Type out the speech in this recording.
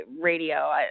radio